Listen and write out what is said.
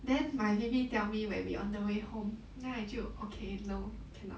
then my V_P tell me when we on the way home then 我就 okay no cannot